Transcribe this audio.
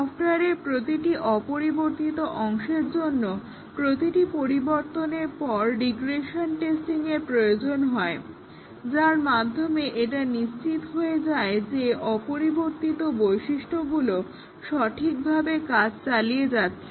সফটওয়্যারের প্রতিটি অপরিবর্তিত অংশের জন্য প্রতিটি পরিবর্তনের পর রিগ্রেশন টেস্টিংয়ের প্রয়োজন হয় যার মাধ্যমে এটা নিশ্চিত হওয়া যায় যে অপরিবর্তিত বৈশিষ্ট্যগুলো সঠিকভাবে কাজ চালিয়ে যাচ্ছে